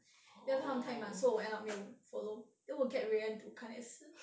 then 他们太慢 so 我 end up 没有 follow then 我 get rayen to 看也是